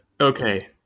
Okay